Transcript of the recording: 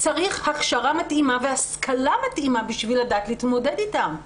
צריך הכשרה מתאימה והשכלה מתאימה בשביל לדעת להתמודד איתם.